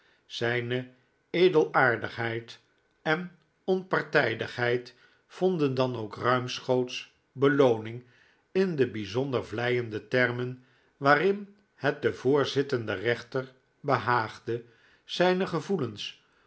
zijne edelaardigheid en onpartijdigheid vonden dan ook ruimschoots belooning in de bijzonder vleiende termen waarin het den voorzittenden reenter behaagde zijne gevoelens